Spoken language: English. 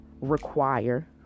require